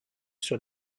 sur